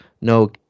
no